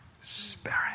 Spirit